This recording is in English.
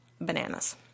bananas